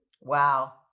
Wow